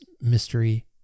Mystery